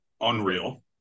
unreal